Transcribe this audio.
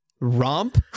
romp